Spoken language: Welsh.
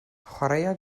chwaraea